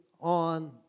on